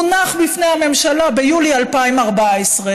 הונח בפני הממשלה ביולי 2014,